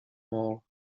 mall